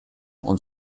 und